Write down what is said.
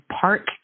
park